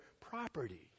property